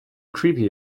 creepy